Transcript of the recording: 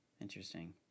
interesting